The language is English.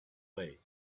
way